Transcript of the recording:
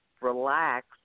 relax